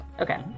Okay